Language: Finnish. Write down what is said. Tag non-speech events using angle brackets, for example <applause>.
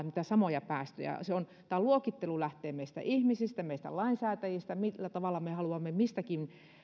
<unintelligible> niitä samoja päästöjä tämä luokittelu lähtee meistä ihmisistä meistä lainsäätäjistä millä tavalla me haluamme mistäkin